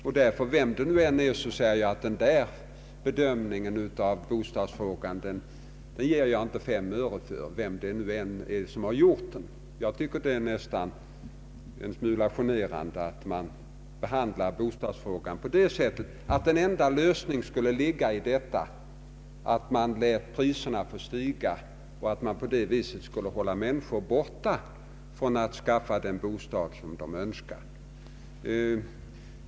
Och därför säger jag att denna bedömning av bostadsfrågan ger jag inte fem öre för, vem det nu än är som gjort den. Jag tycker att det nästan är en smula genant att man behandlar bostadsfrågan på det sättet att den enda lösningen skulle ligga i att man lät priserna stiga för att hålla människor borta från att skaffa sig den bostad de önskar.